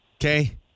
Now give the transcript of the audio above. Okay